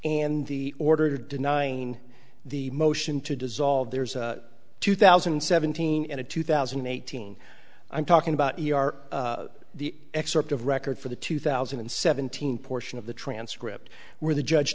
and the order denying the motion to dissolve there's two thousand and seventeen and a two thousand and eighteen i'm talking about the excerpt of record for the two thousand and seventeen portion of the transcript where the judge